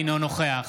אינו נוכח